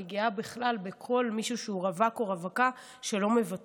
ואני גאה בכל מי שהוא רווק או רווקה שלא מוותרים.